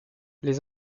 les